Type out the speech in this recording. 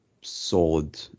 solid